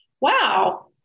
wow